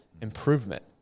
improvement